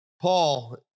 Paul